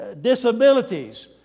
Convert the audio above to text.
disabilities